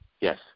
Yes